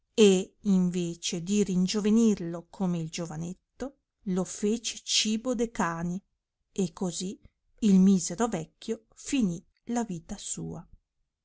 e in vece di ringiovenirlo come il giovanetto lo fece cibo de cani e così il misero vecchio finì la vita sua